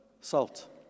salt